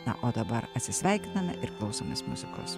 na o dabar atsisveikiname ir klausomės muzikos